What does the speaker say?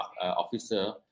officer